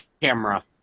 camera